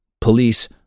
police